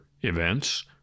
events